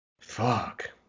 fuck